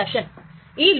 ഇനി ഇതെല്ലാം ശരിയായി